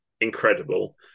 incredible